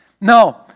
No